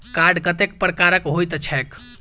Card कतेक प्रकारक होइत छैक?